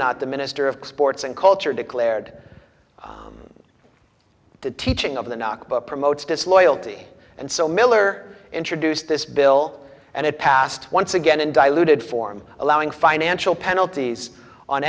not the minister of sports and culture declared the teaching of the nakba promotes disloyalty and so miller introduced this bill and it passed once again in diluted form allowing financial penalties on